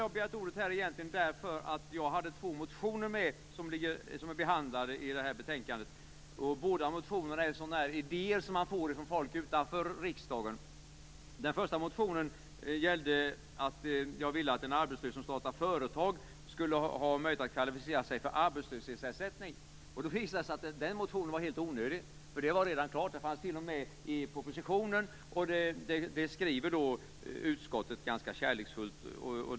Jag har begärt ordet därför att jag har väckt två motioner som har behandlats i det här betänkandet. Båda motionerna innehåller idéer som jag har fått från folk utanför riksdagen. Den första motionen gällde ett förslag att en arbetslös som startar ett företag skall ha möjlighet att kvalificera sig för arbetslöshetsersättning. Det visade sig att den motionen var helt onödig. Det hela var klart. Det fanns t.o.m. med i propositionen. Det skriver utskottet ganska kärleksfullt.